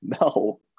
No